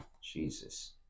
Jesus